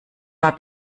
war